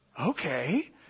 okay